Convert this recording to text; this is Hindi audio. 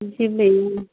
जी भैया